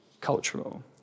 cultural